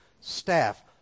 staff